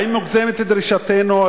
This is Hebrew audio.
האם מוגזמת דרישתנו,